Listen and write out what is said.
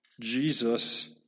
Jesus